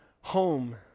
home